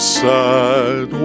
sad